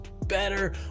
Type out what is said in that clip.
better